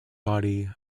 body